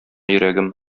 йөрәгем